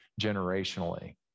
generationally